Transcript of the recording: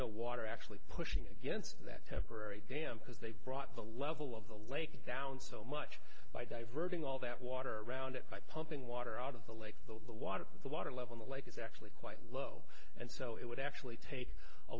no water actually pushing against that temporary dam because they've brought the level of the lake down so much by diverting all that water around it by pumping water out of the lake the water the water level the lake is actually quite low and so it would actually take a